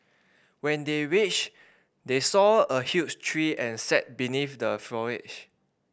when they reached they saw a huge tree and sat beneath the foliage